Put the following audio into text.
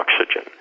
oxygen